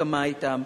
בהסכמה אתם.